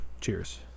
Cheers